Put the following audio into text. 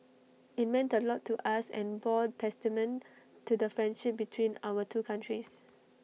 IT meant A lot to us and bore testament to the friendship between our two countries